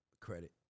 credit